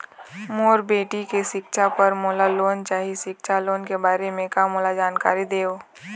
मोर बेटी के सिक्छा पर मोला लोन चाही सिक्छा लोन के बारे म मोला जानकारी देव?